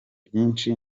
byinshi